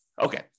Okay